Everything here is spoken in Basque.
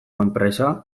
enpresa